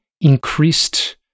increased